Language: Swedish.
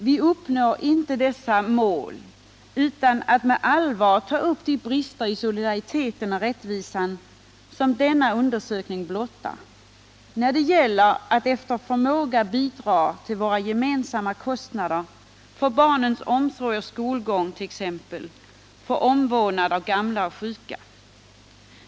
Vi uppnår inte dessa mål utan att med allvar ta upp de brister i solidariteten och rättvisan som denna undersökning blottar när det gäller att efter förmåga bidra till våra gemensamma kostnader, t.ex. för barnens omsorg och skolgång, för omvårdnad av gamla och sjuka.